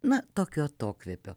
na tokio atokvėpio